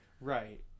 Right